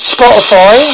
Spotify